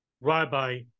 Rabbi